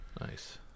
Nice